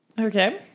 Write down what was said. Okay